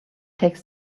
takes